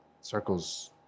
circles